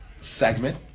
segment